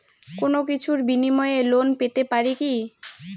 কোনো কিছুর বিনিময়ে লোন পেতে পারি কি?